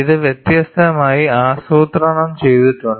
ഇത് വ്യത്യസ്തമായി ആസൂത്രണം ചെയ്തിട്ടുണ്ട്